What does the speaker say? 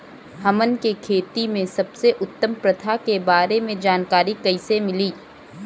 हमन के खेती में सबसे उत्तम प्रथा के बारे में जानकारी कैसे मिली?